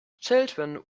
children